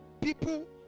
People